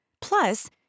Plus